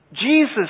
Jesus